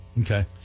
Okay